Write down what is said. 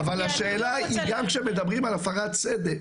אבל השאלה היא גם כשמדברים על הפרת סדר,